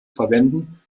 verwenden